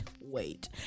wait